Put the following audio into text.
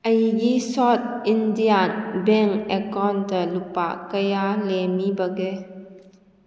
ꯑꯩꯒꯤ South Indian Bank account ꯂꯨꯄꯥ ꯀꯌꯥ ꯂꯦꯝꯃꯤꯕꯒꯦ